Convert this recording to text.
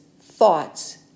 thoughts